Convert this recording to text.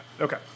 okay